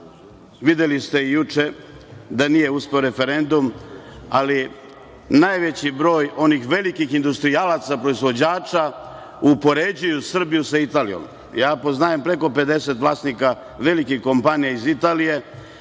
videli ste i juče, da nije uspeo referendum, ali najveći broj onih velikih industrijalaca, proizvođača upoređuju Srbiju sa Italijom. Ja poznajem preko 50 vlasnika velikih kompanija iz Italije